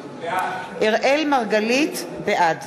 בעד